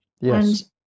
Yes